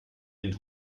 den